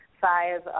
five